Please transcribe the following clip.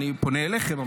אני פונה אליכם,